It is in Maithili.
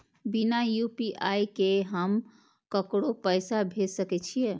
बिना यू.पी.आई के हम ककरो पैसा भेज सके छिए?